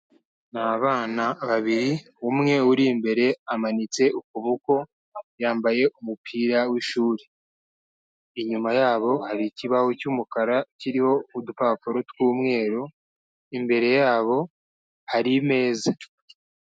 Ni abana babiri, umwe uri imbere amanitse ukuboko yambaye umupira w'ishuri. Inyuma yabo hari ikibaho cy'umukara kiriho udupapuro tw'umweru, imbere yabo hari imeza.